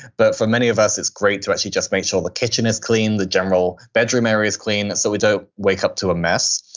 but for many of us, it's great to actually just make sure the kitchen is clean, the general bedroom area is clean so we don't wake up to a mess.